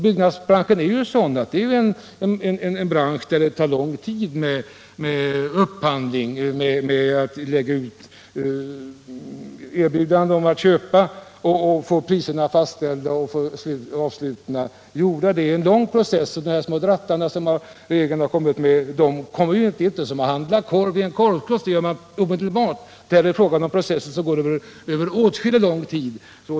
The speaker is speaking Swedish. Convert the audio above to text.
Byggnadsbranschen är ju sådan att det tar lång tid med upphandling och få avsluten gjorda. Det är en lång process, och de små ”drattar” som regeringen kommit med kan inte utnyttjas som när man handlar korv i en korvkiosk. Här är det fråga om processer som sträcker sig över lång tid.